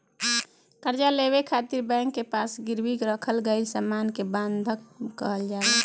कर्जा लेवे खातिर बैंक के पास गिरवी रखल गईल सामान के बंधक कहल जाला